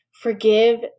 Forgive